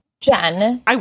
Jen